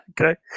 Okay